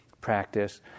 practice